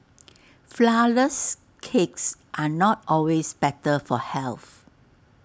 Flourless Cakes are not always better for health